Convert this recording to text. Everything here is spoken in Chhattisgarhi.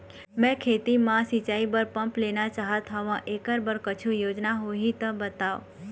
मैं खेती म सिचाई बर पंप लेना चाहत हाव, एकर बर कुछू योजना होही त बताव?